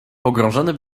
pogrążony